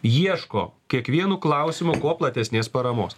ieško kiekvienu klausimu kuo platesnės paramos